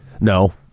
No